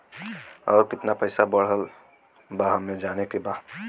और कितना पैसा बढ़ल बा हमे जाने के बा?